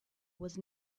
was